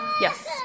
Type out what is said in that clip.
Yes